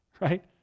right